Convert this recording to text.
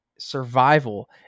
Survival